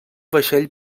vaixell